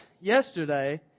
yesterday